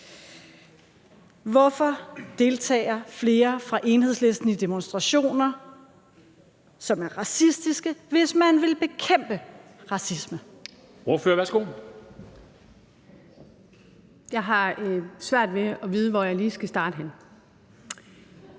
Hvorfor deltager flere fra Enhedslisten i demonstrationer, som er racistiske, hvis man vil bekæmpe racisme? Kl. 15:42 Formanden (Henrik Dam Kristensen):